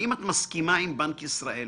האם את מסכימה עם בנק ישראל